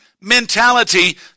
mentality